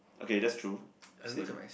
okay that's true same